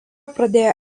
pradėjo